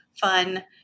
fun